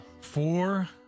Four